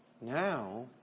Now